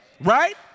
Right